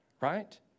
right